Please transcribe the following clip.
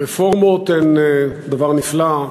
רפורמות הן דבר נפלא.